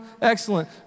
excellent